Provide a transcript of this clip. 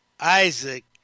Isaac